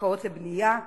קרקעות לבנייה,